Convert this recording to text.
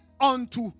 unto